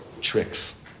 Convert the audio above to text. Tricks